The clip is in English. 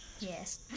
Yes